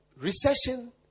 recession